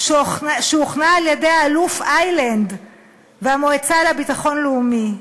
שהוכנה על-ידי האלוף איילנד והמועצה לביטחון לאומי.